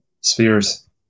spheres